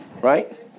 Right